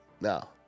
No